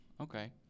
okay